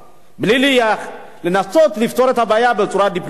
בלי לנסות לפתור את הבעיה בצורה דיפלומטית,